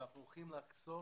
ואנחנו הולכים להקצות,